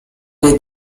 guy